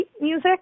music